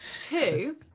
Two